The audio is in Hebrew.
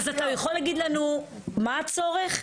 מה שאני שואלת, אז אתה יכול להגיד לנו מה הצורך?